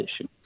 issue